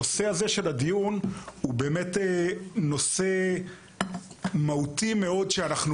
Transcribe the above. נושא הדיון הוא באמת נושא מהותי מאוד שאנחנו